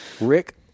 Rick